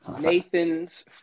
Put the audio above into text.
Nathan's